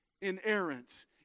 inerrant